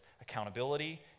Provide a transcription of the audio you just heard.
accountability